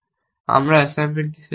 আমরা অ্যাসাইনমেন্টটি শেষ করব